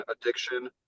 addiction